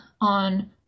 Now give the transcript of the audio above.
on